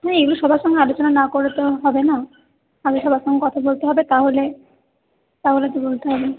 কিন্তু এগুলো সবার সঙ্গে আলোচনা না করে তো হবে না আগে সবার সঙ্গে কথা বলতে হবে তাহলে তাহলে বলতে হবে